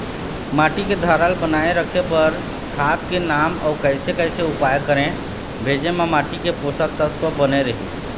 माटी के धारल बनाए रखे बार खाद के नाम अउ कैसे कैसे उपाय करें भेजे मा माटी के पोषक बने रहे?